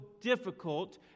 difficult